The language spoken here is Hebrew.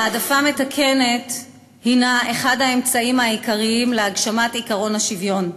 העדפה מתקנת הנה אחד האמצעים העיקריים להגשמת עקרון השוויון,